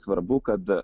svarbu kad